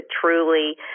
truly